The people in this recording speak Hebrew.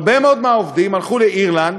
הרבה מאוד מהעובדים הלכו לאירלנד,